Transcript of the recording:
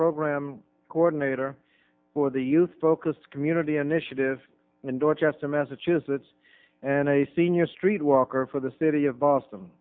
program coordinator for the youth focused community initiative in dorchester massachusetts and a senior streetwalker for the city of boston